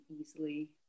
easily